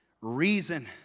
reason